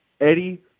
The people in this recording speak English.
Eddie